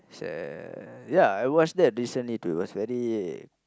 uh yeah I watched that recently too it was very